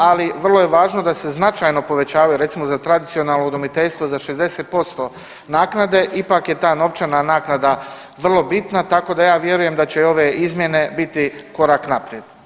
Ali vrlo je važno da se značajno povećavaju recimo za tradicionalno udomiteljstvo za 60% naknade, ipak je ta novčana naknada vrlo bitna tako da ja vjerujem da će ove izmjene biti korak naprijed.